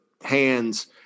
hands